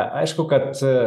aišku kad